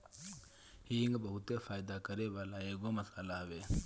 हिंग बहुते फायदा करेवाला एगो मसाला हवे